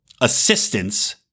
assistance